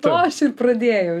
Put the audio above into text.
to aš ir pradėjau